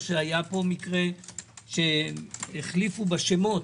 היה פה מקרה שהחליפו בשמות